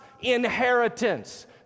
inheritance